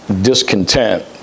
discontent